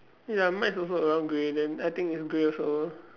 ya mine also around grey then I think it's grey also